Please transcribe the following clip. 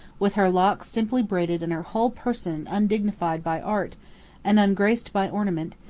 with her locks simply braided and her whole person undignified by art and ungraced by ornament,